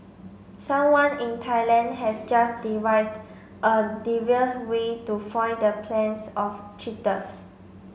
someone in Thailand has just devised a devious way to foil the plans of cheaters